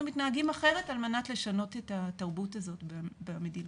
מתנהגים אחרת על מנת לשנות את התרבות הזאת במדינה.